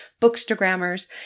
bookstagrammers